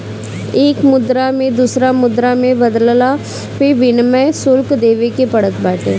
एक मुद्रा के दूसरा मुद्रा में बदलला पअ विनिमय शुल्क देवे के पड़त बाटे